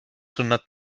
hundert